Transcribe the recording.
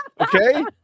Okay